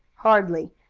hardly.